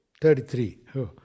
Thirty-three